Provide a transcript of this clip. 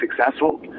successful